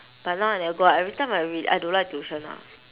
but now I never go everytime I really I don't like tuition ah